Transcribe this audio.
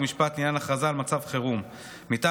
חוק ומשפט לעניין הכרזה על מצב חירום מטעם